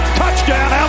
touchdown